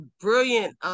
brilliant